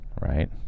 right